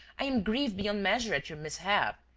i am grieved beyond measure at your mishap.